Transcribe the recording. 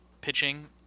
pitching